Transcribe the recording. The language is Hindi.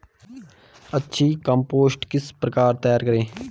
अच्छी कम्पोस्ट किस प्रकार तैयार करें?